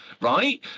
right